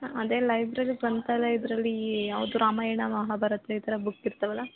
ಅದೇ ಲೈಬ್ರೆರಿ ಬಂತಲ್ಲ ಇದರಲ್ಲಿ ಯಾವುದು ರಾಮಾಯಣ ಮಹಾಭಾರತ ಈ ಥರ ಬುಕ್ ಇರ್ತವಲ್ಲ